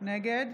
נגד